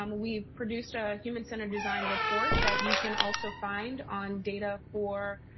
um we've produced a human center design report that you can also find on data for